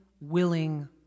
willing